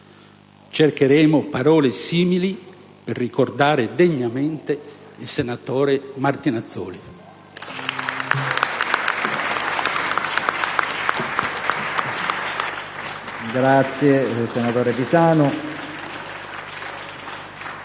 Cercheremo parole simili per ricordare degnamente il senatore Martinazzoli.